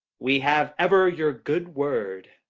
we have ever your good word.